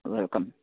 welcome